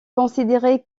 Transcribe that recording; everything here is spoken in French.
considérée